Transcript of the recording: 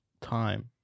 time